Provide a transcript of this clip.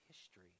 history